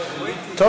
ועדה, ועדה.